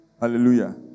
Hallelujah